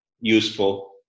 useful